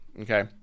Okay